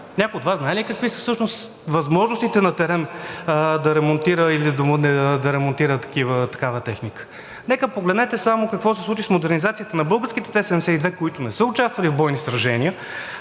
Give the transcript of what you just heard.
Някой от Вас знае ли какви са всъщност възможностите на „Терем“ да ремонтира такава техника? Погледнете само какво се случи с модернизацията на българските Т-72, които не са участвали в бойни сражения,